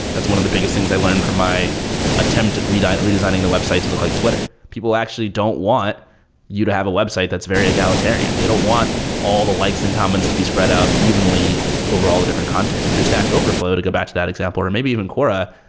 that's one of the biggest things i learned from my attempt at redesigning redesigning the website to look like twitter. people actually don't want you to have a website that's very egalitarian. they don't want all the likes and comments to be spread out evenly over all the different content. if you're stack overflow, let me go back to that example, or maybe even quora,